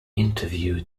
interview